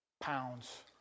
pounds